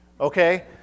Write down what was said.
okay